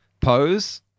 Pose